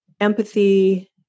empathy